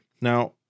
Now